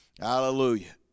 Hallelujah